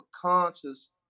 conscious